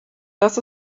das